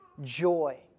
joy